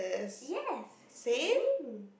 yes same